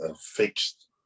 fixed